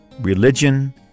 Religion